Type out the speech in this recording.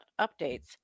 updates